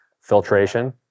filtration